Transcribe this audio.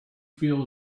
feel